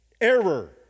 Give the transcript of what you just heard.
error